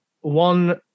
one